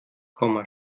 komma